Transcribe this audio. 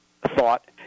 thought